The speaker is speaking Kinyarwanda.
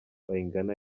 bayingana